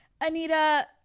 anita